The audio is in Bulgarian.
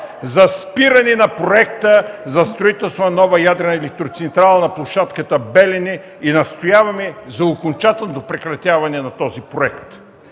за спиране на проекта за строителство на нова ядрена електроцентрала на площадката „Белене” и настоява за окончателното му прекратяване. 2.